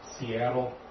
Seattle